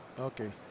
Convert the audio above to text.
Okay